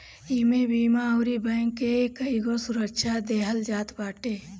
इमे बीमा अउरी बैंक के कईगो सुविधा देहल जात हवे